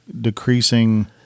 decreasing